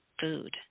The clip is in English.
food